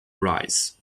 arise